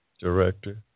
Director